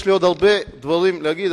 יש לי עוד הרבה דברים להגיד,